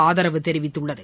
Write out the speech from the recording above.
ஆதரவு தெரிவித்துள்ளது